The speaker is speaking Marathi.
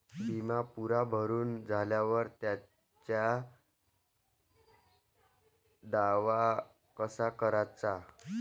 बिमा पुरा भरून झाल्यावर त्याचा दावा कसा कराचा?